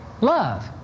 Love